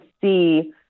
see